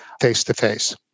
face-to-face